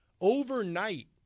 overnight